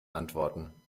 antworten